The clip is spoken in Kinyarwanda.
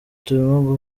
turimo